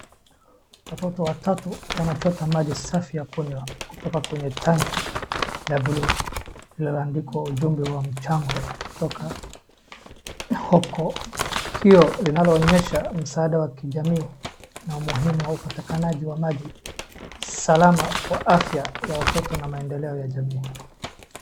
Watoto watatu wanachota maji safi ya kunywa kutoka kwenye tanki la buluu, lililoandikwa ujumbe wa mchango kutoka, huku tukio linaloonyesha msaada wa kijamii na umuhimu wa upatikanaji wa maji, salama kwa afya ya watoto na maendeleo ya jamii.